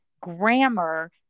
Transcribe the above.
grammar